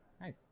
Nice